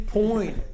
point